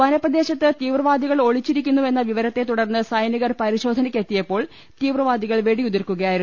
വനപ്രദേശത്ത് തീവ്രവാദികൾ ഒളിച്ചിരി ക്കുന്നുവെന്ന വിവരത്തെ തുടർന്ന് സൈനികർ പ്രിശോധനക്ക് എത്തിയപ്പോൾ തീവ്രവാദികൾ വെടിയുതിർക്കുകയായിരുന്നു